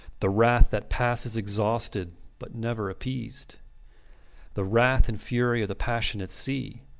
the wrath that passes exhausted but never appeased the wrath and fury of the passionate sea.